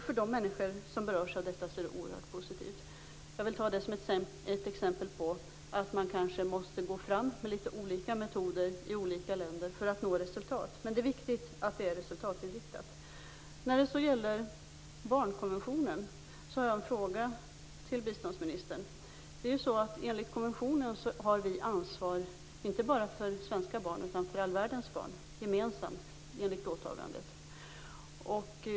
För de människor som berörs av detta är det oerhört positivt. Jag vill ta fram det som ett exempel på att man kanske måste gå fram med litet olika metoder i olika länder för att nå resultat. Det är viktigt att det är resultatinriktat. När det gäller barnkonventionen har jag en fråga till biståndsministern. Enligt konventionen har vi ansvar inte bara för svenska barn utan för all världens barn gemensamt. Det är åtagandet.